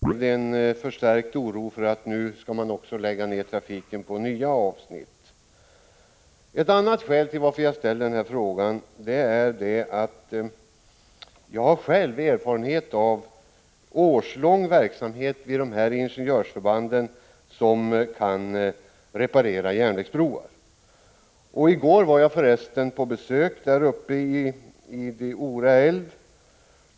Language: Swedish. Fru talman! Jag tackar den nye försvarsministern för svaret. Min fråga är föranledd av den oro vi, liksom många andra, känner när det gäller hotet om nedläggning av inlandsbanan. Redan har många avsnitt av banan lagts ned och trafiken upphört på flera bandelar. Vid broraset blev det en förstärkt oro för att trafiken skall läggas ned på nya avsnitt. Ett annat skäl för att jag ställde denna fråga är att jag själv har årslång erfarenhet av verksamhet i dessa ingenjörsförband som kan reparera järnvägsbroar.